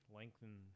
lengthen